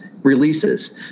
releases